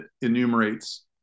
enumerates